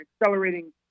accelerating